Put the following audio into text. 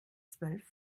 zwölf